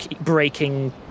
breaking